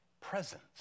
Presence